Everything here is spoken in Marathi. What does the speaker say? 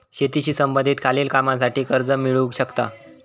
शेतीशी संबंधित खालील कामांसाठी कर्ज मिळू शकता